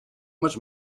much